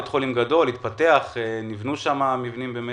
בית חולים גדול, התפתח, נבנו שם מבנים מרשימים.